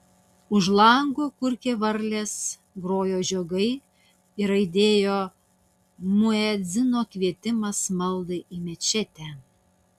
už lango kurkė varlės grojo žiogai ir aidėjo muedzino kvietimas maldai į mečetę